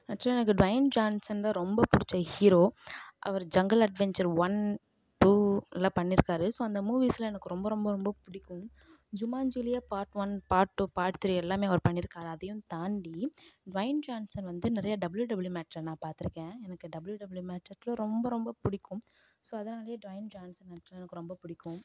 ஆக்சுவலாக எனக்கு Dwayne Johnson தான் ரொம்ப பிடிச்ச ஹீரோ அவர் ஜங்குள் அட்வெஞ்சர் ஒன் டூ நல்லா பண்ணியிருக்காரு ஸோ அந்த மூவிஸ்லாம் எனக்கு ரொம்ப ரொம்ப ரொம்ப பிடிக்கும் ஜுமான்ஜிலேயே part one part two part three எல்லாம் அவர் பண்ணியிருக்காரு அதையும் தாண்டி டுவைன் ஜான்சன் வந்து நிறைய டபுள்யூ டபுள்யூ மேட்ச்சில் நான் பாத்திருக்கேன் எனக்கு டபுள்யூ டபுள்யூ மேட்ச்சஸும் ரொம்ப ரொம்ப பிடிக்கும் ஸோ அதனாலையே டுவைன் ஜான்சன் வந்துட்டு எனக்கு ரொம்ப பிடிக்கும்